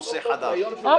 נושא חדש, הוא אומר שאי אפשר.